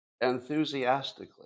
Enthusiastically